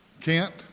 Kent